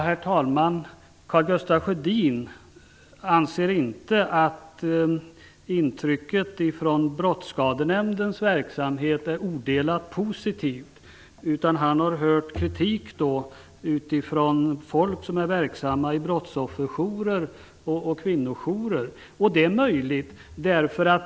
Herr talman! Karl Gustaf Sjödin anser inte att intrycket från Brottsskadenämndens verksamhet är odelat positivt. Han har hört kritik från folk som är verksamma i brottsofferjourer och kvinnojourer. Det är möjligt.